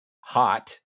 hot